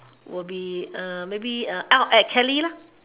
will be err maybe err at kelly lah